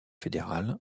fédérale